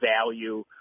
value